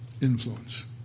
influence